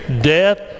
death